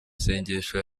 sengesho